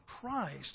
Christ